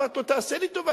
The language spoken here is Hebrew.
אמרתי לו: תעשה לי טובה,